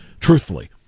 truthfully